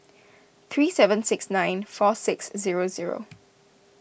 three seven six nine four six zero zero